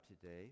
today